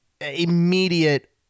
Immediate